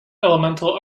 elemental